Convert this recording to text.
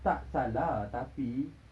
tak salah tapi